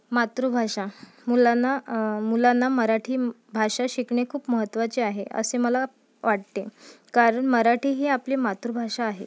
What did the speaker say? मातृभाषा मुलांना मुलांना मराठी भाषा शिकणे खूप महत्त्वाचे आहे असे मला वाटते कारण मराठी ही आपली मातृभाषा आहे